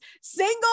single